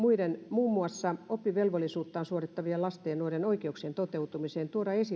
muun muassa oppivelvollisuuttaan suorittavien lasten ja nuorten oikeuksien toteutumiseen